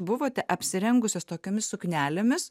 buvote apsirengusios tokiomis suknelėmis